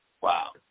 Wow